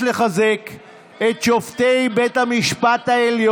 לפי איזה סעיף